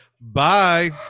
bye